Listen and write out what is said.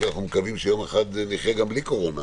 כי אנחנו מקווים שיום אחד נחיה גם בלי קורונה